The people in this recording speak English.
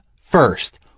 first